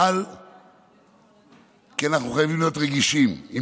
כי אנחנו חייבים להיות רגישים עם